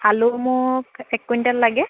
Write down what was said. আলু মোক এক কুইণ্টেল লাগে